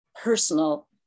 personal